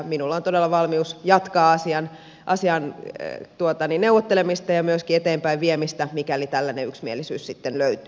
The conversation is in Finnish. minulla on todella valmius jatkaa asian neuvottelemista ja myöskin eteenpäinviemistä mikäli tällainen yksimielisyys sitten löytyy